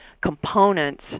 components